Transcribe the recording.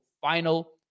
final